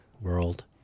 world